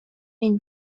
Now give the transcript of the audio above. been